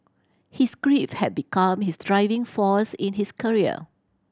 his grief have become his driving force in his career